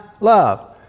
love